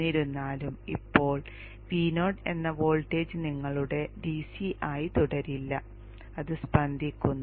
എന്നിരുന്നാലും ഇപ്പോൾ Vo എന്ന വോൾട്ടേജ് നിങ്ങളുടെ DC ആയി തുടരില്ല അത് സ്പന്ദിക്കുന്നു